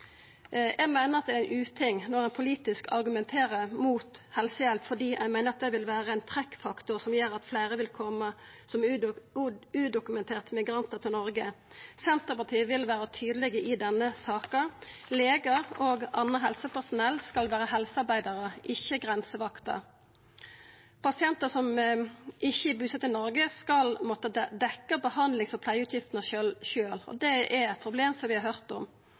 Eg meiner det er ein uting når ein politisk argumenterer mot helsehjelp fordi ein meiner at det vil vera ein trekkfaktor som gjer at fleire vil koma som udokumenterte migrantar til Noreg. Senterpartiet vil vera tydeleg i denne saka. Legar og anna helsepersonell skal vera helsearbeidarar, ikkje grensevakter. Pasientar som ikkje er busette i Noreg, skal måtta dekkja behandlings- og pleieutgiftene sjølve. Det er eit problem som vi har høyrt om,